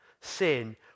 sin